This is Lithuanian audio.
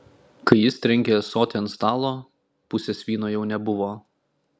kai jis trenkė ąsotį ant stalo pusės vyno jau nebuvo